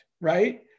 right